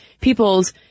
people's